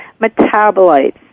metabolites